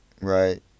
Right